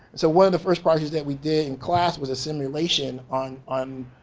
so one of the first projects that we did in class was a simulation on on